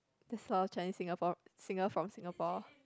this lor Chinese Singapore singer from Singapore